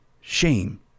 Shame